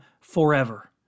forever